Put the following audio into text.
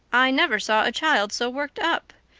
i never saw a child so worked up.